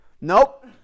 Nope